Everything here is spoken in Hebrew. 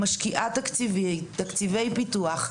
משקיעה תקציבי פיתוח,